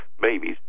babies